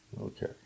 Okay